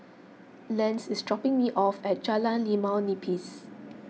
Lance is dropping me off at Jalan Limau Nipis